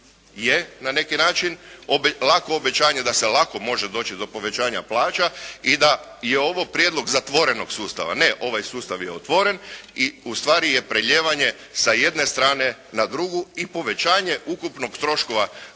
Je na neki način. Lako obećanje da se lako može doći do povećanja plaća i da je ovo prijedlog zatvorenog sustava. Ne, ovaj sustav je otvoren i ustvari je prelijevanje sa jedne strane na drugu i povećanje ukupnih troškova